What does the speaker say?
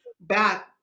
back